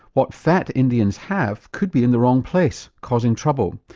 what fat indians have could be in the wrong place, causing trouble.